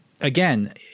again